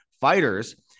fighters